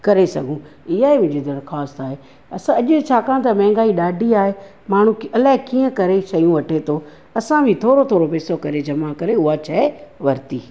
करे सघूं इहा मुंहिंजी दरख़्वास्त आहे असां अॼु छाकाणि त महांगाई ॾाढी आहे माण्हू अलाए कीअं करे शयूं वठे थो असां बि थोरो थोरो पैसो करे जमा करे उहा शइ वरिती